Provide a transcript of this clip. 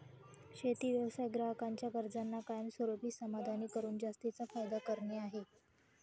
शेती व्यवसाय ग्राहकांच्या गरजांना कायमस्वरूपी समाधानी करून जास्तीचा फायदा करणे आहे